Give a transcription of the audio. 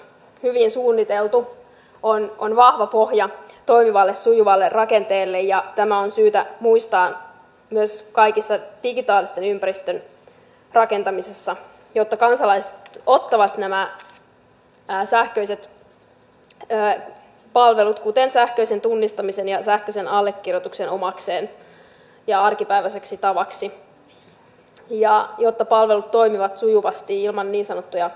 hyvin suunniteltu on vahva pohja toimivalle sujuvalle rakenteelle ja tämä on syytä muistaa myös kaikessa digitaalisen ympäristön rakentamisessa jotta kansalaiset ottavat nämä sähköiset palvelut kuten sähköisen tunnistamisen ja sähköisen allekirjoituksen omakseen ja arkipäiväiseksi tavaksi ja jotta palvelut toimivat sujuvasti ilman niin sanottuja portaikkoja